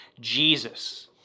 Jesus